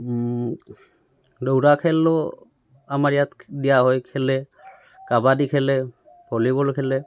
দৌৰা খেলোঁ আমাৰ ইয়াত দিয়া হয় খেলে কাবাডী খেলে ভলীবল খেলে